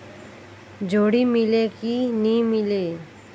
जोणी मीले कि नी मिले?